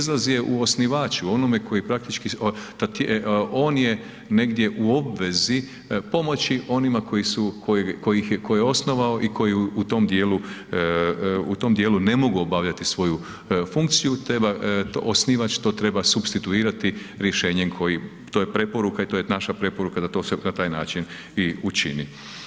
Izlaz je u osnivaču onome koji praktički, on je negdje u obvezi pomoći onima koji su, koje je osnovao i koji u tom dijelu ne mogu obavljati svoju funkciju, treba osnivač, osnivač to treba supstituirati rješenjem koji, to je preporuka i to je naša preporuka da se to na taj način i učini.